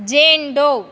जेन्डोव्